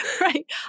right